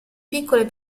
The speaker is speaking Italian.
piccole